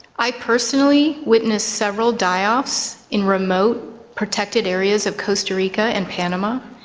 i personally witnessed several die-offs in remote protected areas of costa rica and panama.